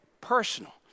personal